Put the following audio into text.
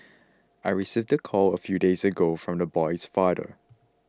I received the call a few days ago from the boy's father